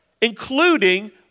including